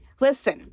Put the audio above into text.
Listen